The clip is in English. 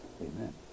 Amen